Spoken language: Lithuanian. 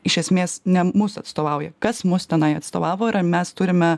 iš esmės ne mus atstovauja kas mus tenai atstovavo ir ar mes turime